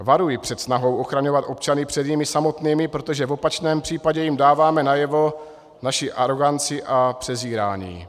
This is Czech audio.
Varuji před snahou ochraňovat občany před nimi samotnými, protože v opačném případě jim dáváme najevo naši aroganci a přezírání.